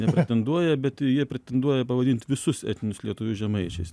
nepretenduoja bet jie pretenduoja pavadint visus etninius lietuvius žemaičiais